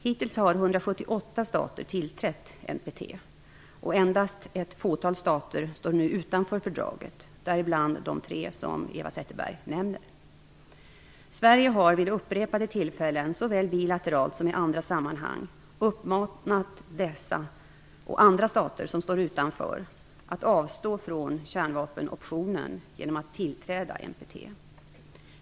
Hittills har 178 stater tillträtt NPT, och endast ett fåtal stater står nu utanför fördraget, däribland de tre som Eva Zetterberg nämner. Sverige har vid upprepade tillfällen, såväl bilateralt som i andra sammanhang, uppmanat dessa och andra stater som står utanför att avstå från kärnvapenoptionen genom att tillträda NPT.